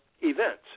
events